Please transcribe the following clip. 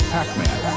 Pac-Man